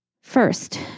First